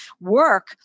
work